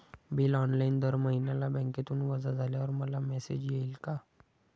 Bill online दर महिन्याला बँकेतून वजा झाल्यावर मला मेसेज येईल का?